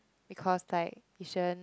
because like mission